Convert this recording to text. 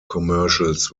commercials